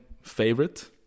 favorite